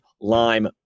Lime